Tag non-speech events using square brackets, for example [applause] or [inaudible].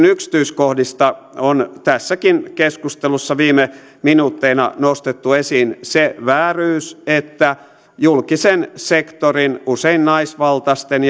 [unintelligible] yksityiskohdista on tässäkin keskustelussa viime minuutteina nostettu esiin se vääryys että julkisen sektorin usein naisvaltaisten [unintelligible]